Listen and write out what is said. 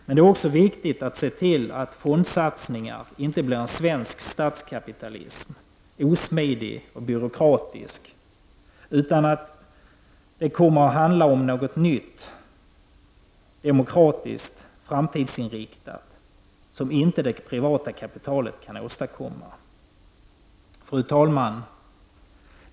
Det är också viktigt att se till att fondsatsningarna inte blir en svensk statskapitalism, osmidig och byråkratisk, utan att det kommer att handla om nå got nytt, demokratiskt och framtidsinriktat, något som inte det privata kapitalet kan åstadkomma. Fru talman!